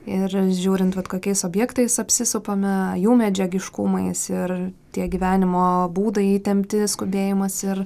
ir žiūrint vat kokiais objektais apsisupame jų medžiagiškumais ir tie gyvenimo būdai įtempti skubėjimas ir